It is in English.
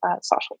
social